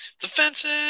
Defensive